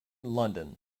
london